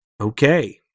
Okay